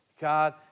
god